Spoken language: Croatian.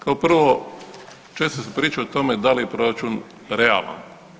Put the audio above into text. Kao prvo, često se priča o tome da li je proračun realan.